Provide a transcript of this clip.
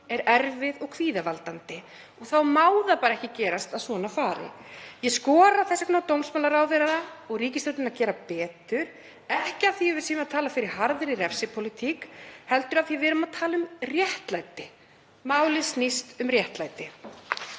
er erfið og kvíðavaldandi. Þá má það ekki gerast að svona fari. Ég skora þess vegna á dómsmálaráðherra og ríkisstjórnin að gera betur, ekki af því að við séum að tala fyrir harðri refsipólitík heldur af því að við erum að tala um réttlæti. Málið snýst um réttlæti.